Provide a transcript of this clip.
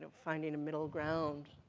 finding a middle ground,